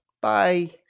Bye